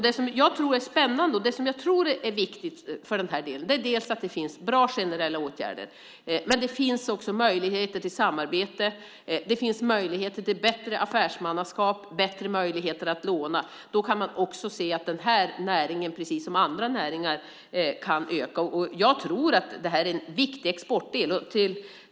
Det som jag tror är spännande och viktigt här är att det finns bra generella åtgärder, men det finns också möjligheter till samarbete, till bättre affärsmannaskap och till bättre möjligheter att låna. Då kan man också se att den här näringen, precis som andra näringar, kan öka. Jag tror att det här är en viktig del av exporten.